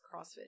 CrossFit